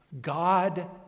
God